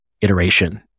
iteration